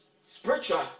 Spiritual